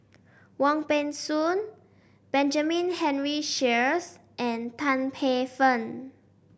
Wong Peng Soon Benjamin Henry Sheares and Tan Paey Fern